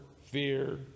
fear